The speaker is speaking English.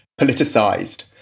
politicised